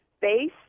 base